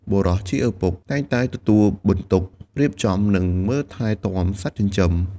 បុរសជាឪពុកតែងតែទទួលបន្ទុករៀបចំ និងមើលថែទាំសត្វចិញ្ចឹម។